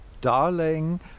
Darling